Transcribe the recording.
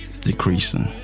decreasing